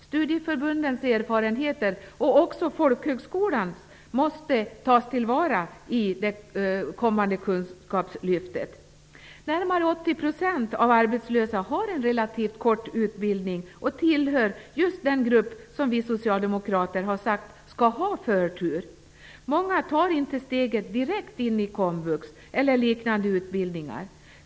Studieförbundens och även folkhögskolans erfarenheter måste tas till vara i det kommande kunskapslyftet. Närmare 80 % av de arbetslösa har en relativt kort utbildning och tillhör just den grupp som vi socialdemokrater har sagt skall ha förtur. Många tar inte steget direkt in i komvux eller liknande utbildningar.